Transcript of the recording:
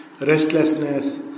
restlessness